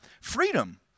freedom